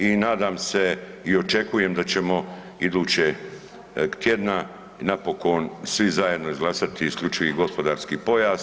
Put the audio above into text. I nadam se i očekujem da ćemo idućeg tjedna napokon svi zajedno izglasati isključivi gospodarski pojas.